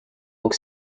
york